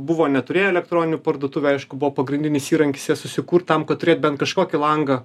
buvo neturėjo elektroninių parduotuvių aišku buvo pagrindinis įrankis jas susikurt tam kad turėt bent kažkokį langą